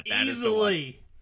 Easily